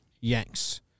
yanks